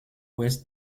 ouest